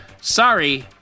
Sorry